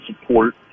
support